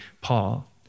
Paul